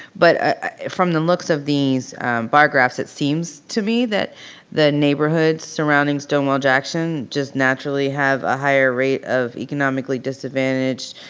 but from the looks of these bar graphs, it seems to me that the neighborhoods surrounding stonewall jackson just naturally have a higher rate of economically disadvantaged,